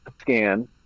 scan